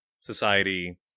society